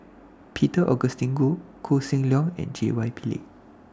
Peter Augustine Goh Koh Seng Leong and J Y Pillay